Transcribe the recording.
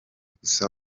gusa